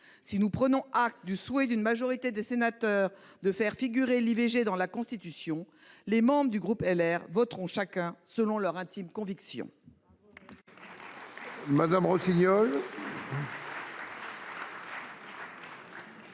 Si nous prenons acte du souhait d’une majorité des sénateurs de faire figurer l’IVG dans la Constitution, les membres du groupe Les Républicains voteront chacun selon leur intime conviction.